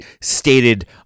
stated